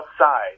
outside